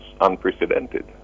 unprecedented